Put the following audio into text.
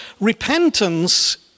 repentance